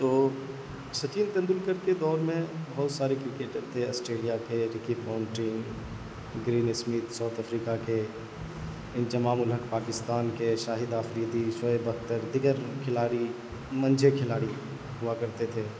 تو سچن تندولکر کے دور میں بہت سارے کرکٹر تھے آسٹریلیا کے Ricky Ponting Graeme Smith South Africa کے انضمام الحق پاکستان کے شاہد آفریدی شعیب اختر دیگر کھلاڑی منجھے کھلاڑی ہوا کرتے تھے